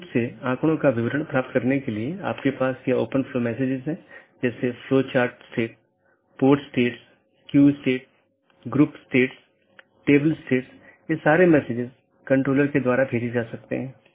यह feature BGP साथियों को एक ही विज्ञापन में कई सन्निहित रूटिंग प्रविष्टियों को समेकित करने की अनुमति देता है और यह BGP की स्केलेबिलिटी को बड़े नेटवर्क तक बढ़ाता है